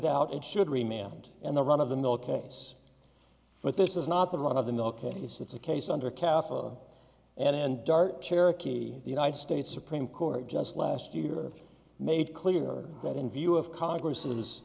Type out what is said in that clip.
doubt it should remain and and the run of the mill case but this is not the one of the mill case it's a case under castle and dart cherokee the united states supreme court just last year made clear that in view of congress i